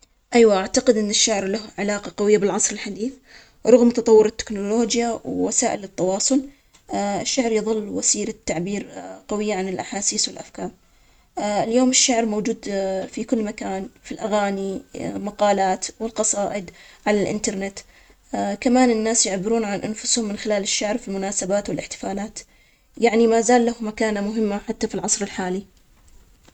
أيوه، أعتقد أن الشعر له علاقة قوية بالعصر الحديث رغم تطور التكنولوجيا ووسائل التواصل، الشعر يظل وسيلة تعبير قوية عن الأحاسيس والأفكار، اليوم الشعر موجود في كل مكان، في الأغاني مقالات والقصائد على الإنترنت كمان الناس يعبرون عن أنفسهم من خلال الشعر في المناسبات والاحتفالات، يعني ما زال له مكانة مهمة حتى في العصر الحالي.